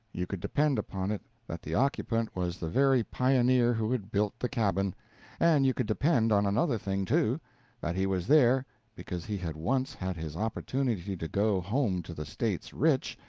you could depend upon it that the occupant was the very pioneer who had built the cabin and you could depend on another thing, too that he was there because he had once had his opportunity to go home to the states rich,